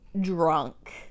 drunk